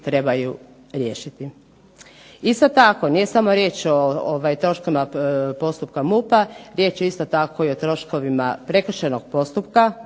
trebaju riješiti. Isto tako, nije samo riječ o troškovima postupka MUP-a, riječ je isto tako i o troškovima prekršajnog postupka